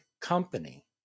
company